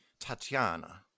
Tatiana